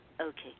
Okay